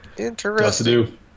interesting